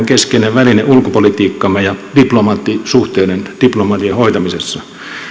keskeinen väline ulkopolitiikkamme ja diplomaattisuhteiden diplomatian hoitamisessa